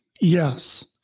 Yes